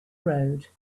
road